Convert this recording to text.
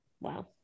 wow